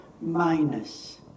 minus